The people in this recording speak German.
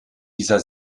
dieser